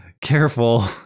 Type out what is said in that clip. Careful